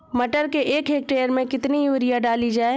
मटर के एक हेक्टेयर में कितनी यूरिया डाली जाए?